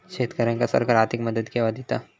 शेतकऱ्यांका सरकार आर्थिक मदत केवा दिता?